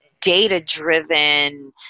data-driven